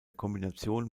kombination